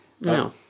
No